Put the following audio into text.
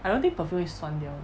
I don't think perfume 会酸掉